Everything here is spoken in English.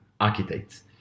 Architect